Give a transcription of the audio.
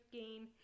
game